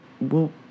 Well